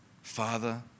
Father